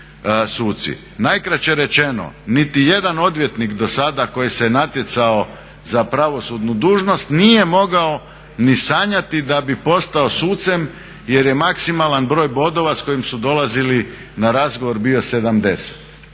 Najkraće rečeno, niti jedan odvjetnik do sada koji se natjecao za pravosudnu dužnost nije mogao ni sanjati da bi postao sucem jer je maksimalan broj bodova s kojim su dolazili na razgovor bio 70.